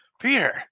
Peter